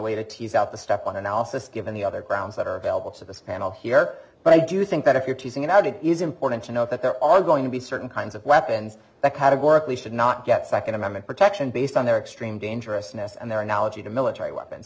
way to tease out the step on analysis given the other grounds that are available to this panel here but i do think that if you're teasing it out it is important to note that there are going to be certain kinds of weapons that categorically should not get second amendment protection based on their extreme dangerousness and their analogy to military weapons